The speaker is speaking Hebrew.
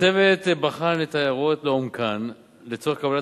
הצוות בחן את ההערות לעומקן לצורך קבלת